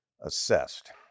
assessed